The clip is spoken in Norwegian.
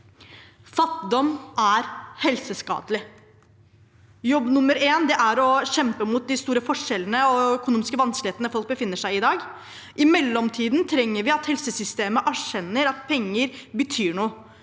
Fattigdom er helseskadelig. Jobb nummer én er å kjempe mot de store forskjellene og de økonomiske vanskelighetene folk befinner seg i i dag. I mellomtiden trenger vi at helsesystemet erkjenner at penger betyr noe.